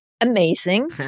Amazing